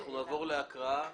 אנחנו נעבור להקראה.